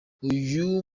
uyu